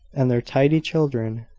and their tidy children,